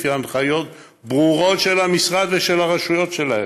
לפי הנחיות ברורות של המשרד ושל הרשויות שלהם,